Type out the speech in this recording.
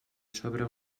sobre